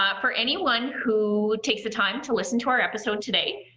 ah for anyone who takes the time to listen to our episode today,